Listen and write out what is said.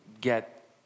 get